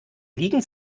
liegen